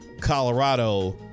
Colorado